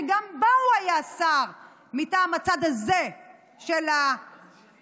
שגם בה היה שר מטעם הצד הזה של הכנסת,